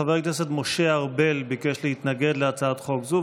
חבר הכנסת משה ארבל ביקש להתנגד להצעת חוק זו,